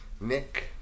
Nick